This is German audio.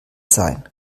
sein